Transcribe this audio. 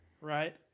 right